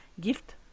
gift